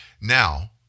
now